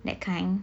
that kind